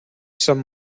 some